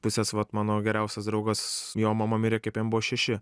pusės vat mano geriausias draugas jo mama mirė kaip jam buvo šeši